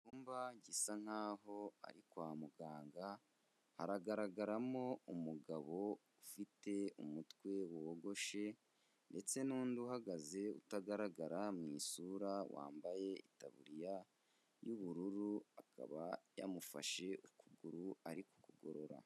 Mu icyumba gisa nkaho ari kwa muganga hagaragaramo umugabo ufite umutwe wogoshe ndetse n'undi uhagaze utagaragara mu isura, wambaye itaburiya y'ubururu, akaba yamufashe ukuguru arimo kugorora.